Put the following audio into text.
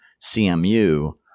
CMU